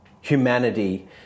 humanity